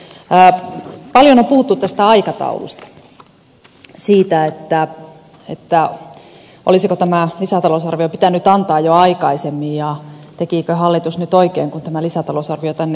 paljon on puhuttu tästä aikataulusta siitä olisiko tämä lisätalousarvio pitänyt antaa jo aikaisemmin ja tekikö hallitus nyt oikein kun tämä lisätalousarvio tänne tuotiin